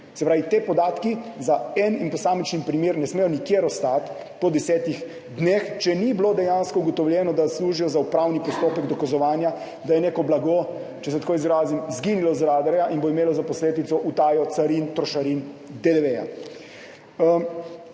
Se pravi, ti podatki za en in posamičen primer ne smejo nikjer ostati po desetih dneh, če ni bilo dejansko ugotovljeno, da služijo za upravni postopek dokazovanja, da je neko blago, če se tako izrazim, izginilo iz radarja in bo imelo za posledico utajo carin, trošarin, DDV.